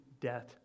death